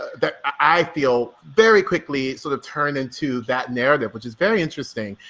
that i feel very quickly sort of turned into that narrative, which is very interesting.